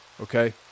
Okay